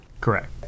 Correct